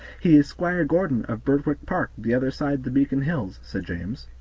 he is squire gordon, of birtwick park, the other side the beacon hills, said james.